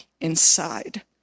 inside